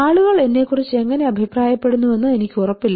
ആളുകൾ എന്നെക്കുറിച്ച് എങ്ങനെ അഭിപ്രായപ്പെടുന്നുവെന്ന് എനിക്ക് ഉറപ്പില്ല